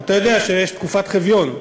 אתה יודע שיש תקופת חביון,